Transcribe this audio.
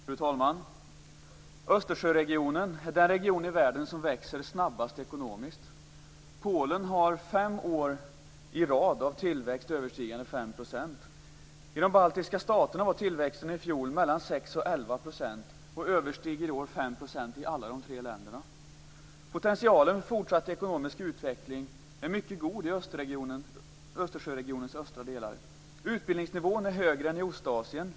Fru talman! Östersjöregionen är den region i världen som växer snabbast ekonomiskt. Polen har fem år i rad av tillväxt överstigande 5 %. I de baltiska staterna var tillväxten i fjol mellan 6 och 11 %, och den överstiger i år 5 % i alla de tre länderna. Potentialen för fortsatt ekonomisk utveckling är mycket god i Östersjöregionens östra delar. Utbildningsnivån är högre än i Ostasien.